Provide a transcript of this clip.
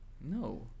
No